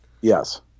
Yes